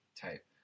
type